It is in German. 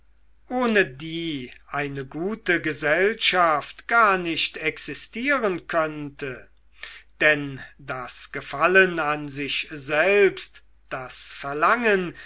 ohne die eine gute gesellschaft gar nicht existieren könnte denn das gefallen an sich selbst das verlangen